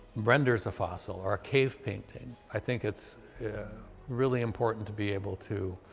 renders a fossil, or a cave painting. i think it's yeah really important to be able to